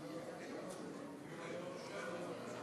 איזה עשר דקות?